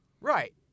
Right